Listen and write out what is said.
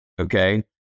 Okay